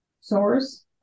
source